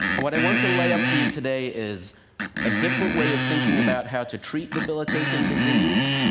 and what i want to lay out for you today is a different way of thinking about how to treat debilitating disease,